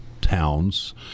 towns